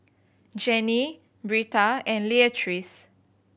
Janie Britta and Leatrice